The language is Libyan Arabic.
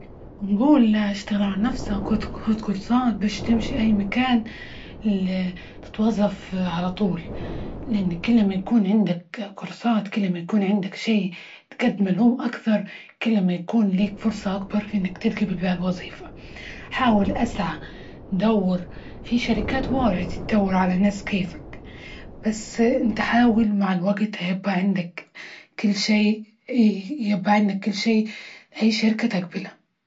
بنجول أشتغل على نفسك، خد كورسات، بش تمشي، أي مكان اللي تتوظف على طول، لأن كل ما يكون عندك كورسات، كل ما يكون عندك شي، تقدم لهم أكثر، كل ما يكون ليك فرصة أكبر في إنك تتجبل بهالوظيفة، حاول أسعى دور في شركات واجد تدور على ناس كيفك، بس إنت حاول مع الوجت هيبج عندك كل شي- هيبج عندك كل شي، اى شركة تجبله.